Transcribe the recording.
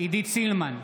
עידית סילמן,